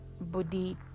body